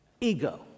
ego